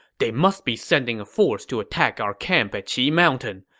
they must be sending a force to attack our camp at qi mountain.